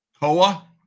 Koa